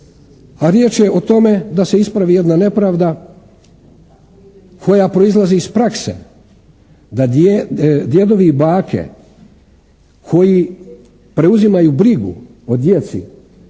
a riječ o tome da se ispravo jedna nepravda koja proizlazi iz prakse da djedovi i bake koji preuzimaju brigu o djeci